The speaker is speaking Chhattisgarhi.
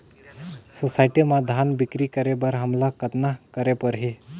सोसायटी म धान बिक्री करे बर हमला कतना करे परही?